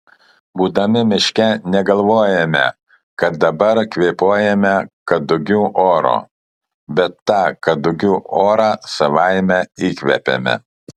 būdami miške negalvojame kad dabar kvėpuojame kadugių oru bet tą kadugių orą savaime įkvepiame